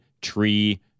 Tree